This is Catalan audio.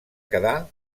quedar